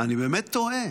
אני באמת תוהה